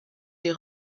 des